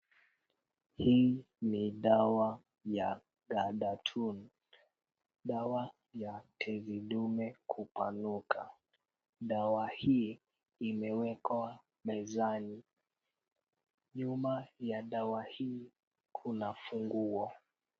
Hii ni dawa ya Radatun. Dawa ya tezi dume kupanuka. Dawa hii imewekwa mezani. Nyuma ya dawa hii kuna funguo.